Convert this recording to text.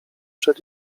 przed